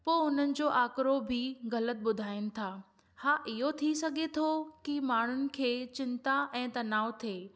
पोइ हुननि जो आकरो बि ग़लति ॿुधाइनि था हा इहो थी सघे थो की माण्हुनि खे चिंता ऐं तनाव थिए